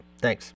Thanks